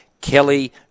Kelly